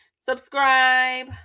Subscribe